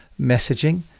messaging